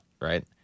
right